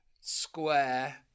square